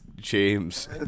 James